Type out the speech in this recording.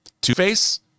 Two-Face